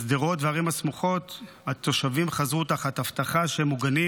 בשדרות ובערים הסמוכות התושבים חזרו תחת הבטחה שהם מוגנים,